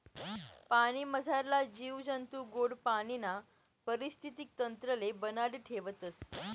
पाणीमझारला जीव जंतू गोड पाणीना परिस्थितीक तंत्रले बनाडी ठेवतस